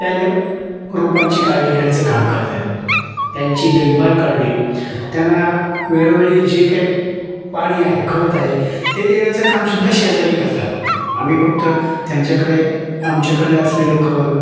त्यांच्या रोपांची काळजी घेण्याचं काम करतात त्यांची देखभाल करणे त्यांना वेळोवेळी जे काय पाणी आहे खत आहे ते देण्याचं कामसुद्धा शेजारी करतात आम्ही फक्त त्यांच्याकडे आमच्या कडलं असलेलं खत